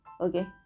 okay